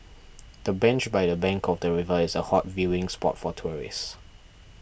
the bench by the bank of the river is a hot viewing spot for tourists